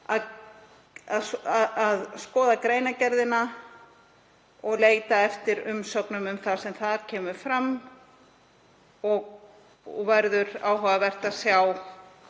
að skoða greinargerðina og leita eftir umsögnum um það sem þar kemur fram. Það verður áhugavert að sjá